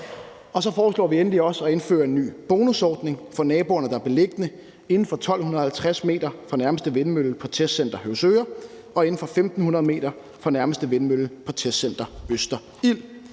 Så foreslår vi endelig også at indføre en ny bonusordning for naboerne, der er beliggende inden for 1.250 m fra nærmeste vindmølle på Testcenter Høvsøre og inden for 1.500 m fra nærmeste vindmølle på Testcenter Østerild.